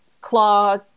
claw